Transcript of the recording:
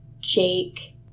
Jake